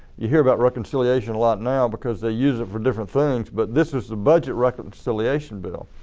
you hear about reconciliation a lot now because they used it for different things but this is the budget reconciliation bill.